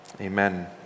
amen